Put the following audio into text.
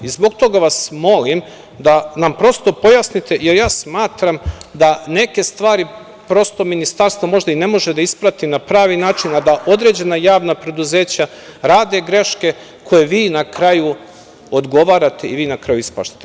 I zbog toga vas molim da nam prosto pojasnite, jer ja smatram da neke stvari prosto Ministarstvo možda i ne može da isprati na pravi način, a da određena javna preduzeća rade greške koje vi na kraju odgovarate i vi na kraju ispaštate.